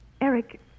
Eric